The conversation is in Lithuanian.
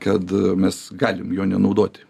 kad mes galim jo nenaudoti